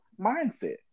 mindset